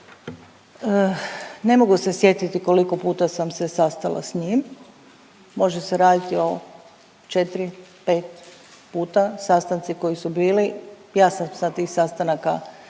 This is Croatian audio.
Ne mogu se sjetiti koliko puta sam se sastala s njim, može se radit o četri, pet puta sastanci koji su bili. Ja sam sa tih sastanaka